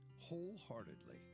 wholeheartedly